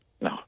No